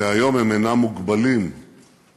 והיום הם אינם מוגבלים רק